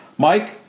Mike